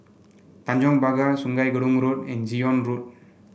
Tanjong Pagar Sungei Gedong Road and Zion Road